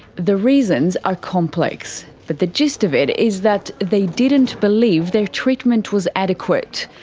the reasons are complex, but the gist of it is that they didn't believe their treatment was adequate.